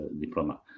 diploma